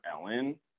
ellen